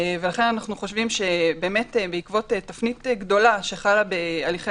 ואכן אנחנו חושבים שבעקבות תפנית גדולה שחלה בהליכי